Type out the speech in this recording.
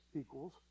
equals